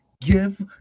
Give